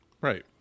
right